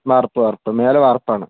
വാർപ്പ് വാർപ്പ് മേലെ വാർപ്പാണ്